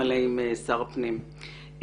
מגמה של מבקר פנים,